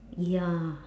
ya